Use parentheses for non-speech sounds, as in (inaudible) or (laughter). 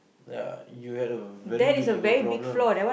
ya you had a very big ego problem (noise)